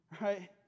right